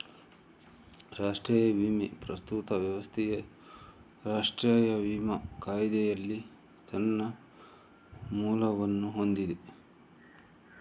ರಾಷ್ಟ್ರೀಯ ವಿಮೆಯ ಪ್ರಸ್ತುತ ವ್ಯವಸ್ಥೆಯು ರಾಷ್ಟ್ರೀಯ ವಿಮಾ ಕಾಯಿದೆಯಲ್ಲಿ ತನ್ನ ಮೂಲವನ್ನು ಹೊಂದಿದೆ